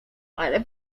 ale